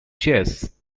chests